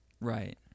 right